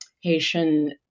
Haitian